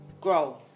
grow